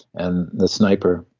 and the sniper,